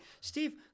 Steve